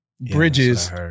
bridges